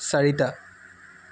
চাৰিটা